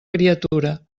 criatura